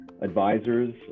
Advisors